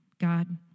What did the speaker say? God